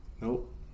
Nope